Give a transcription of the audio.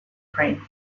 praying